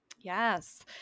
Yes